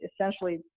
essentially